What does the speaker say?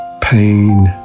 pain